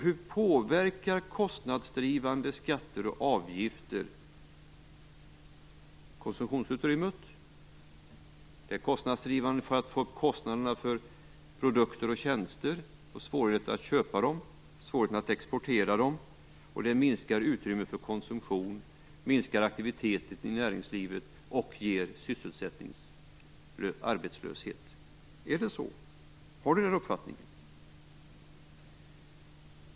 Hur påverkar kostnadsdrivande skatter och avgifter konsumtionsutrymmet? De är kostnadsdrivande vad gäller produkter och tjänster. Svårigheten att köpa och att exportera dessa minskar utrymmet för konsumtion. Det innebär minskade aktiviteter i näringslivet och leder till arbetslöshet. Är det så? Har ni den uppfattningen?